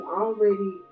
already